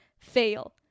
fail